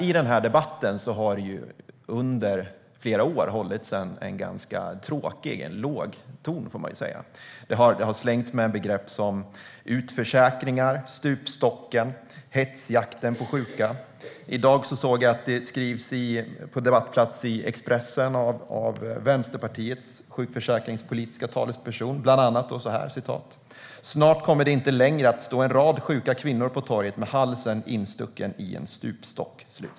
I den här debatten har det under flera år hållits en ganska tråkig och låg ton. Man har slängt sig med begrepp som "utförsäkringar", "stupstocken" och "hetsjakten på sjuka". I dag såg jag att Vänsterpartiets sjukförsäkringspolitiska talesperson skrivit på debattplats i Expressen: "Snart kommer det inte längre att stå en rad sjuka kvinnor på torget med halsen instucken i en stupstock."